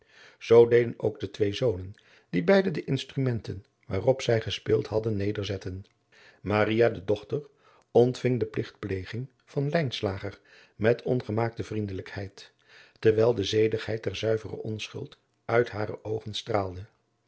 zoo deden ook de twee zonen die beide de instrumenten waarop zjj gespeeld hadden nederzetten maria de dochter ontving de pligtpleging van lijnslaadriaan loosjes pzn het leven van maurits lijnslager ger met ongemaakte vriendelijkheid terwijl de zedigheid der zuivere onschuld uit hare oogen straalde